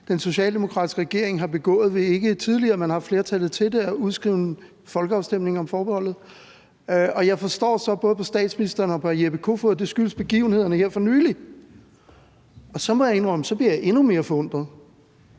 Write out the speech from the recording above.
den socialdemokratiske regering har begået, ved ikke tidligere, når man har haft flertallet til det, at have udskrevet en folkeafstemning om forbeholdet. Jeg forstår så både på statsministeren og på udenrigsministeren, at det skyldes begivenhederne her for nylig. Jeg må indrømme, at så bliver jeg endnu mere forundret.